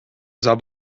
saab